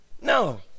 No